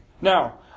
Now